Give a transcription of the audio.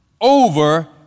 over